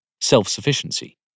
Self-sufficiency